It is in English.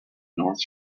north